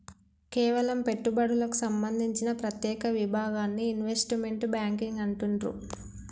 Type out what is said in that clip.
కేవలం పెట్టుబడులకు సంబంధించిన ప్రత్యేక విభాగాన్ని ఇన్వెస్ట్మెంట్ బ్యేంకింగ్ అంటుండ్రు